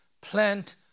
plant